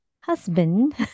husband